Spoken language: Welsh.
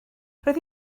roedd